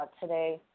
today